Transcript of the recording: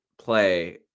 play